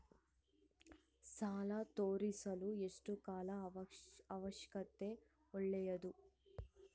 ಸಾಲ ತೇರಿಸಲು ಎಷ್ಟು ಕಾಲ ಅವಕಾಶ ಒಳ್ಳೆಯದು?